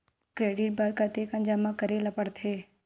Credit बर कतेकन जमा करे ल पड़थे?